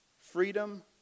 freedom